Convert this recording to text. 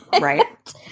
Right